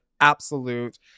absolute